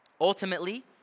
Ultimately